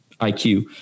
IQ